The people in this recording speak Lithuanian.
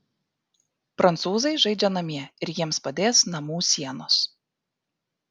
prancūzai žaidžia namie ir jiems padės namų sienos